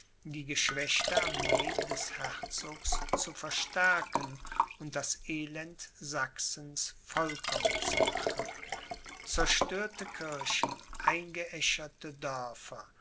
die geschwächte armee des herzogs zu verstärken und das elend sachsens vollkommen zu machen zerstörte kirchen eingeäscherte dörfer